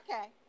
Okay